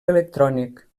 electrònic